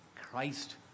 Christ